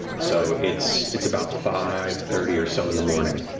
so it's it's about five thirty or so in the morning.